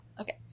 okay